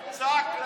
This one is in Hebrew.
למה, מה קרה?